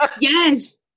yes